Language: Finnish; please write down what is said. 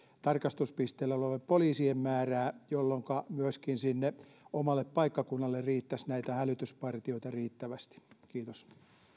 tarkastuspisteellä olevien poliisien määrää jolloinka myöskin sinne omalle paikkakunnalle riittäisi näitä hälytyspartioita riittävästi kiitos